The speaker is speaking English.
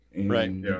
Right